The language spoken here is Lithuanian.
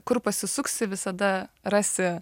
kur pasisuksi visada rasi